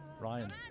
Ryan